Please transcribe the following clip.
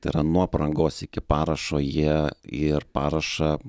tai yra nuo aprangos iki parašo jie ir parašą